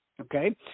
okay